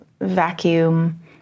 vacuum